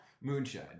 Moonshine